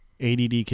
ADD